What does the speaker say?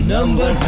Number